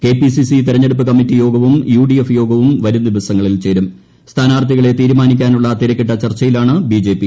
KPCC തെരഞ്ഞെടുപ്പ് കമ്മിറ്റിട്ട്യോഗവും UDF യോഗവും വരുംദിവസങ്ങളിൽ ചേരും സ്ഫാനാർത്ഥികളെ തീരുമാനിക്കാനുള്ള തിരക്കിട്ട ചർച്ചയിലാണ് ബിജെപി